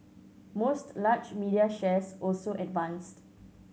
most large media shares also advanced